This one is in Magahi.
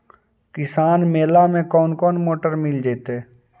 किसान मेला में कोन कोन मोटर मिल जैतै?